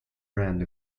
brand